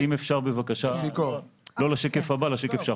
נעבור שני שקפים.